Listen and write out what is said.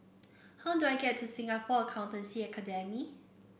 how do I get to Singapore Accountancy Academy